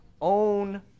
own